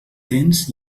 tens